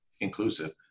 inclusive